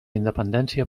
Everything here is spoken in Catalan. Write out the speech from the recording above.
independència